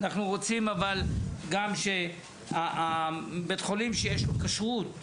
אבל אנחנו רוצים שבית חולים שיש לו כשרות,